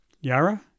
Yara